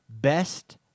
best